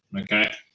Okay